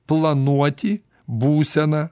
planuoti būseną